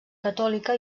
catòlica